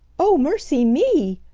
oh, mercy me!